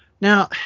Now